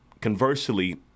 conversely